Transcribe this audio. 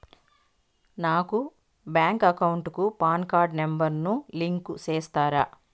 నా bank account కు PAN card number ను లింకు సేస్తారా?